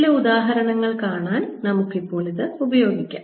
ചില ഉദാഹരണങ്ങൾ കാണാൻ നമുക്ക് ഇപ്പോൾ ഇത് ഉപയോഗിക്കാം